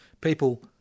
People